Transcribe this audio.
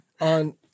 on